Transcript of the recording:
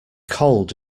cold